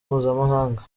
mpuzamahanga